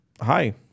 hi